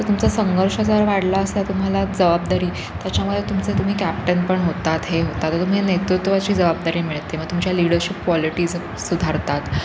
तर तुमचा संघर्ष जर वाढला असा तुम्हाला जबाबदारी त्याच्यामुळे तुमचं तुम्ही कॅप्टन पण होतात हे होतात तर तुम्ही नेतृत्वाची जबाबदारी मिळते मग तुमच्या लिडरशिप क्वालिटीज सुधारतात